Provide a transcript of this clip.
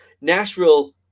nashville